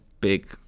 big